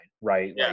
right